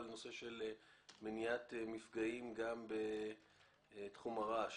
על נושא של מניעת מפגעים גם בתחום הרעש.